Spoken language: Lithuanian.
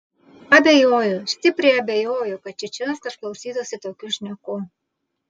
abejoju stipriai abejoju kad čičinskas klausytųsi tokių šnekų